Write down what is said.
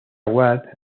wade